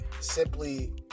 simply